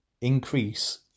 increase